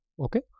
okay